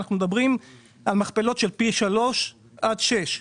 אנחנו מדברים על מכפלות של פי 3 עד פי 6,